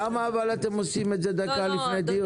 למה אתם עושים את זה דקה לפני הדיון?